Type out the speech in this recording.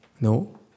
No